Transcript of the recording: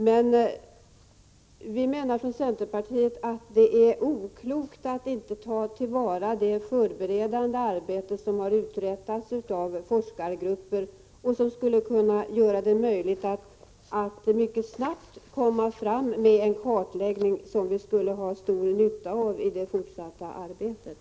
Men inom centerpartiet menar vi att det är oklokt att inte ta till vara det förberedande arbete som uträttats av forskargtuppen. Det skulle kunna göra det möjligt att mycket snabbt komma fram med en kartläggning som vi skulle ha stor nytta av i det fortsatta arbetet.